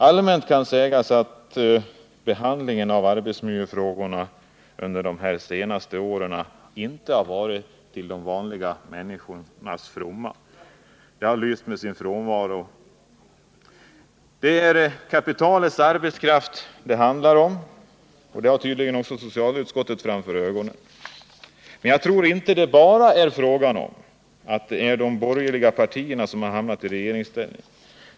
Allmänt kan sägas att behandlingen av arbetsmiljöfrågorna under de senaste åren inte har varit till de vanliga människornas fromma — en sådan behandling har lyst med sin frånvaro. Det är kapitalets arbetskraft det handlar om, och det har tydligen också socialutskottet framför ögonen. Men jag tror inte att det bara är fråga om att de borgerliga partierna har hamnat i regeringsställning.